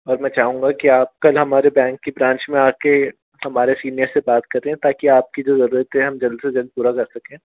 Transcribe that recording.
और मैं चाहूँगा कि आप कल हमारे बेंक की ब्रांच में आके हमारे सीनियर से बात करें ताकि आपकी जो जरूरतें है वो हम जल्द से जल्द पूरा कर सकें